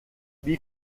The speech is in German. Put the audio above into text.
wie